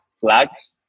flags